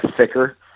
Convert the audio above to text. thicker